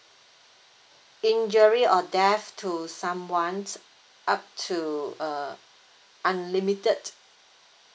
injury or death to some ones up to uh unlimited